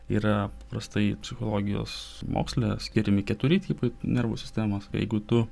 yra paprastai psichologijos moksle skiriami keturi tipai nervų sistemos jeigu tu